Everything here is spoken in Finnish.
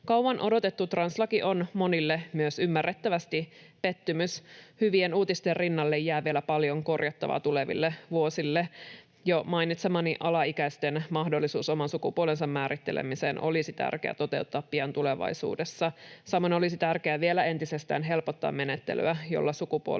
Kauan odotettu translaki on monille myös ymmärrettävästi pettymys. Hyvien uutisten rinnalle jää vielä paljon korjattavaa tuleville vuosille. Jo mainitsemani alaikäisten mahdollisuus oman sukupuolensa määrittelemiseen olisi tärkeää toteuttaa pian tulevaisuudessa. Samoin olisi tärkeää vielä entisestään helpottaa menettelyä, jolla sukupuolen